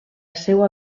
seua